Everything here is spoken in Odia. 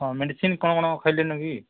ହଁ ମେଡ଼ିସିନ୍ କ'ଣ କ'ଣ ଖାଇଲେନି କି